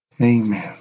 Amen